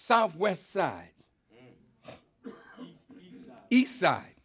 south west side east side